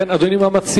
מה אדוני מציע?